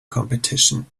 competition